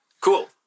Cool